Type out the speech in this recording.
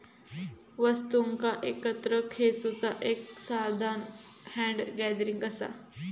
वस्तुंका एकत्र खेचुचा एक साधान हॅन्ड गॅदरिंग असा